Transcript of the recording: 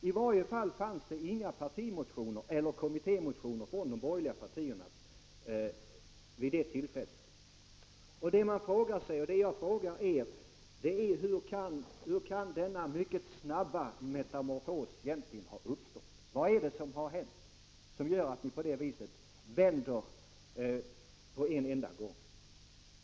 I varje fall fanns det inga partimotioner eller kommittémotioner från de borgerliga partierna vid det tillfället. Det man då frågar sig och det som jag frågar er är: Hur kan denna mycket snabba metamorfos ha uppstått? Vad är det som har hänt som gör att ni på detta sätt vänder på en enda gång?